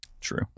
True